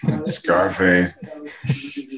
Scarface